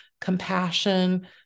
compassion